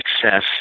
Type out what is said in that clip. success